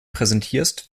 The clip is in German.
präsentierst